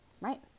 right